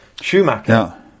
Schumacher